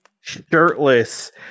shirtless